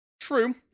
True